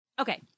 Okay